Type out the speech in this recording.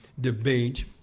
debate